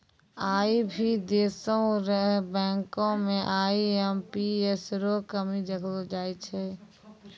आई भी देशो र बैंको म आई.एम.पी.एस रो कमी देखलो जाय छै